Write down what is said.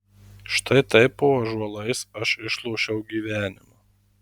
štai taip po ąžuolais aš išlošiau gyvenimą